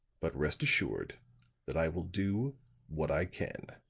but rest assured that i will do what i can.